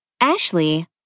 Ashley